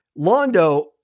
Londo